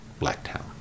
Blacktown